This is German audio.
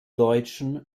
deutschen